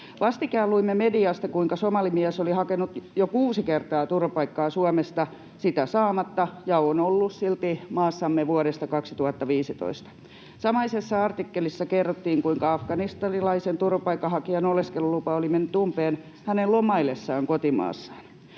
Vastikään luimme mediasta, kuinka somalimies oli hakenut jo kuusi kertaa turvapaikkaa Suomesta sitä saamatta ja on ollut silti maassamme vuodesta 2015. Samaisessa artikkelissa kerrottiin, kuinka afganistanilaisen turvapaikanhakijan oleskelulupa oli mennyt umpeen hänen lomaillessaan kotimaassaan.